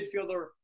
midfielder